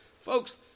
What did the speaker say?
Folks